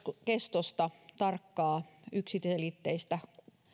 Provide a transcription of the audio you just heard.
kestosta tarkkaa yksiselitteistä